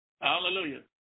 Hallelujah